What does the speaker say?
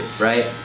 right